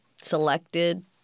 selected